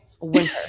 Winter